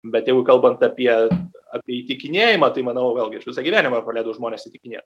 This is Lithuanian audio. bet jeigu kalbant apie apie įtikinėjimą tai manau vėlgi aš visą gyvenimą praleidau žmones įtikinėjant